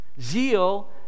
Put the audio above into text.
zeal